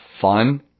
fun